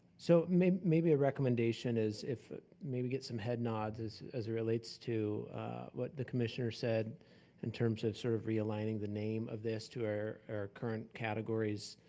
so maybe maybe a recommendation is if maybe get some head nods as as it relates to what the commissioner said in terms of sort of realigning the name of this to their current categories.